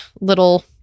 little